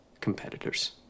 competitors